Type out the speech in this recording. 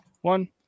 One